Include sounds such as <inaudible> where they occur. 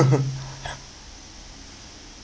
<laughs> <breath> ya